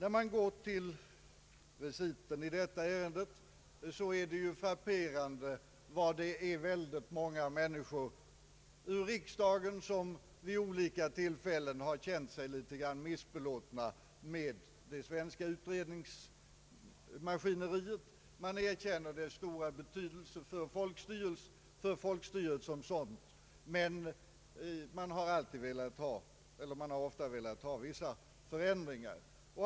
Om man går till reciten i detta ärende, frapperas man av hur många riksdagsledamöter som vid olika tillfällen har känt sig litet missbelåtna med det svenska utredningsmaskineriet. Man erkänner dess stora betydelse för folkstyret som sådant, men man har ofta önskat vissa förändringar.